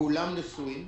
כולם נשואים.